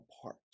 apart